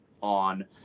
on